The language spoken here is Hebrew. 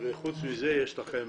פרט לכך, יש לכם